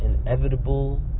inevitable